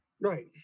right